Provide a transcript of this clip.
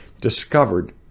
Discovered